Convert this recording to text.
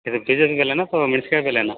ಇದು ಬೀಜದ ಬೆಲೆನ ಅಥ್ವಾ ಮೆಣ್ಸ್ಕಾಯಿ ಬೆಲೆನಾ